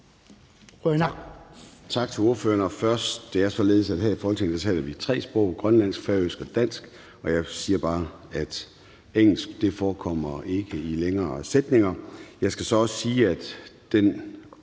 Gade): Tak til ordføreren. Det er således, at vi her i Folketinget taler tre sprog, grønlandsk, færøsk og dansk, og jeg siger bare, at engelsk forekommer ikke i længere sætninger. Jeg skal så også sige, at der